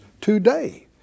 today